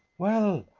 well,